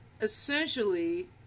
essentially